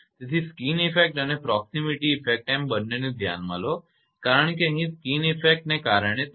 તેથી skin effect અને proximity effect એમ બંનેને ધ્યાનમાં લો કારણ કે અહીં સ્કિન ઇફેક્ટને કારણે 3